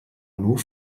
nur